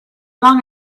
long